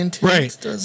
Right